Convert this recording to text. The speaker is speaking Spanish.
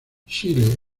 chile